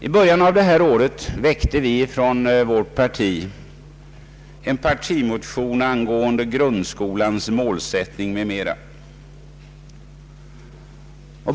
I början av detta år väckte vi moderater en partimotion angående grundskolans målsättning m.m.